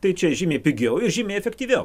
tai čia žymiai pigiau ir žymiai efektyviau